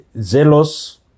zealous